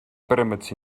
pyramids